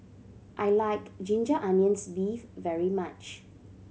I like ginger onions beef very much